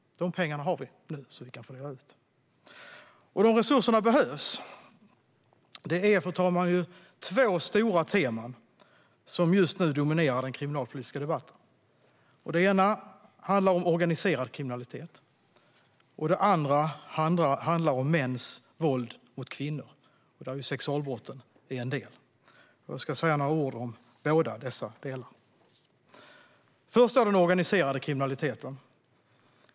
De pengarna har vi nu att fördela. Och dessa resurser behövs. Det är två stora teman som just nu dominerar den kriminalpolitiska debatten. Det ena är organiserad kriminalitet. Det andra är mäns våld mot kvinnor, där sexualbrotten är en del. Jag ska säga några ord om båda dessa teman. Först gäller det den organiserade kriminaliteten.